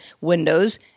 Windows